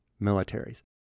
militaries